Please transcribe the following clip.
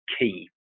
key